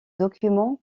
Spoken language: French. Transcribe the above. documents